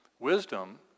Wisdom